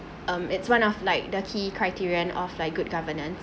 um it's one of like the key criterion of like good governance